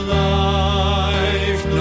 life